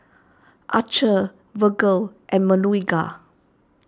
Archer Virgle and